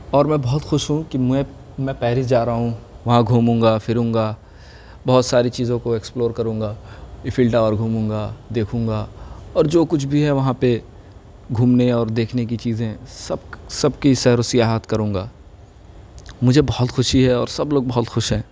اور میں بہت خوش ہوں کہ میں پیرس جا رہا ہوں وہاں گھوموں گا پھروں گا بہت ساری چیزوں کو ایکسپلور کروں گا ایفل ٹاور گھوموں گا دیکھوں گا اور جو کچھ بھی ہے وہاں پہ گھومنے اور دیکھنے کی چیزیں سب سب کی سیر و سیاحت کروں گا مجھے بہت خوشی ہے اور سب لوگ بہت خوش ہیں